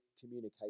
communication